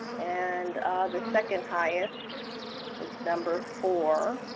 and the second highest is number four